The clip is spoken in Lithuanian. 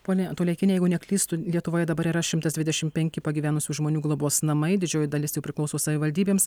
ponia toleikiene jeigu neklystu lietuvoje dabar yra šimtas dvidešim penki pagyvenusių žmonių globos namai didžioji dalis jų priklauso savivaldybėms